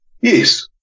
yes